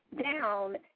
down